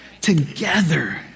Together